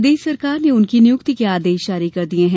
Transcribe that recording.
प्रदेश सरकार ने उनकी नियुक्ति के आदेश जारी कर दिये हैं